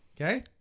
Okay